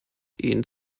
ihn